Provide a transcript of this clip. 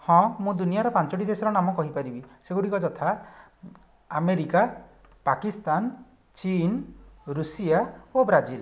ହଁ ମୁଁ ଦୁନିଆର ପାଞ୍ଚୋଟି ଦେଶର ନାମ କହିପାରିବି ସେଗୁଡ଼ିକ ଯଥା ଆମେରିକା ପାକିସ୍ତାନ ଚୀନ୍ ରୁଷିଆ ଓ ବ୍ରାଜିଲ୍